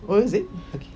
oh is it okay